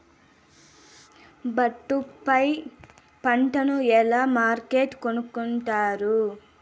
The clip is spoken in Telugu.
ఒట్టు పై పంటను ఎలా మార్కెట్ కొనుక్కొంటారు?